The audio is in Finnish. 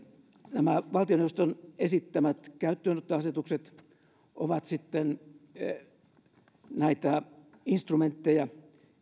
nämä valtioneuvoston esittämät käyttöönottoasetukset ovat näitä instrumentteja